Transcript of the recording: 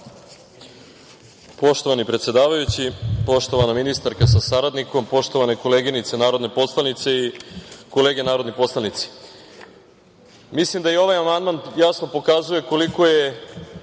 Poštovani predsedavajući, poštovana ministarka sa saradnikom, poštovane koleginice narodne poslanice i kolege narodni poslanici, mislim da i ovaj amandman jasno pokazuje koliko je